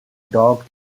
dog